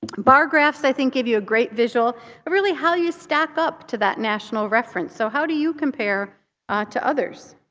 bar graphs i think give you a great visual of really how you stack up to that national reference. so how do you compare ah to others?